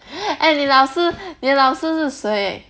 eh 你老师你的老师是谁